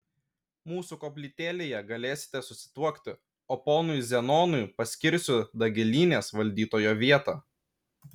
mūsų koplytėlėje galėsite susituokti o ponui zenonui paskirsiu dagilynės valdytojo vietą